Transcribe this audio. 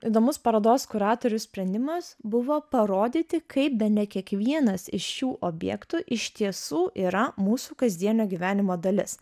įdomus parodos kuratorių sprendimas buvo parodyti kaip bene kiekvienas iš šių objektų iš tiesų yra mūsų kasdienio gyvenimo dalis